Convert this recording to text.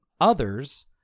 others